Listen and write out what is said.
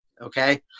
Okay